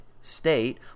state